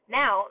now